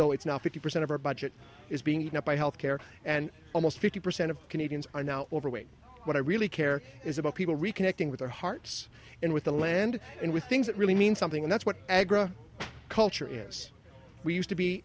though it's now fifty percent of our budget is being eaten up by health care and almost fifty percent of canadians are now overweight what i really care is about people reconnecting with their hearts and with the land and with things that really mean something and that's what agra culture is we used to be